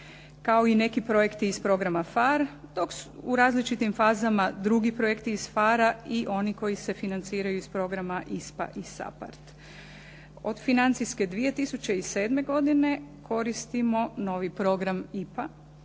kao i neki projekti iz programa PHARE dok u različitim fazama drugi projekti iz PHARE-a i oni koji se financiraju iz programa ISPA i SAPARD. Od financijske 2007. godine koristimo novi program IPA